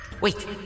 Wait